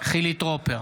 חילי טרופר,